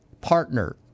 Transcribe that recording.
partner